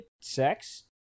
sex